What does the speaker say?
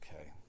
Okay